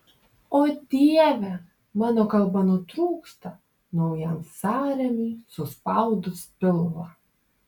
o dieve mano kalba nutrūksta naujam sąrėmiui suspaudus pilvą